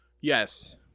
Yes